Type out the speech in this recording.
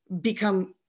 become